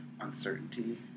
uncertainty